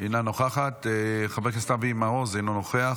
אינה נוכחת, חבר הכנסת אבי מעוז, אינו נוכח,